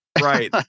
right